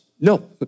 No